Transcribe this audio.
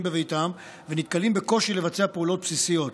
בביתם ונתקלים בקושי לבצע פעולות בסיסיות.